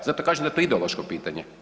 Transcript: Zato kažem da je to ideološko pitanje.